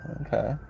Okay